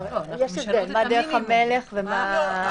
דרך המלך, לא מהותי.